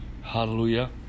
Hallelujah